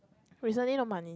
recently no money